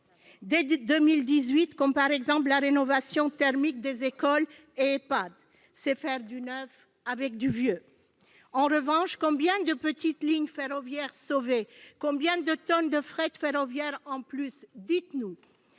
dès 2018, comme la rénovation thermique des écoles et des Ehpad, c'est faire du neuf avec du vieux. En revanche, combien de petites lignes ferroviaires sauvées ? Combien de tonnes de fret ferroviaire supplémentaires ?